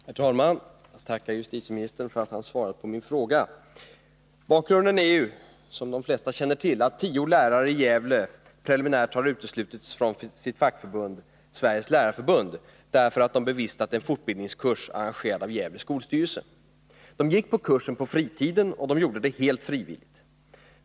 Herr talman! Jag tackar justitieministern för att han har svarat på min fråga. Bakgrunden till den är, som de flesta känner till, att tio lärare i Gävle preliminärt har uteslutits från sitt fackförbund, Sveriges lärarförbund, därför att de bevistade en fortbildningskurs arrangerad av Gävle skolstyrelse. De gick på kursen på fritiden och de gjorde det helt frivilligt.